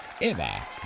Eva